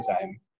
time